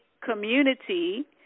community